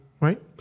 right